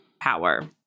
power